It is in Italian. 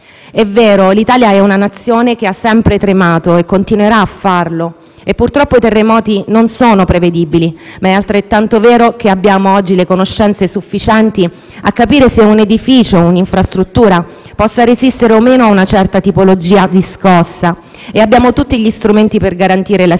È vero, l'Italia è una Nazione che ha sempre tremato e continuerà a farlo e, purtroppo, i terremoti non sono prevedibili, ma è altrettanto vero che abbiamo oggi le conoscenze sufficienti a capire se un edificio e un'infrastruttura possano resistere o no a una certa tipologia di scossa e abbiamo tutti gli strumenti per garantire la sicurezza